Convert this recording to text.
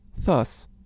Thus